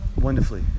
wonderfully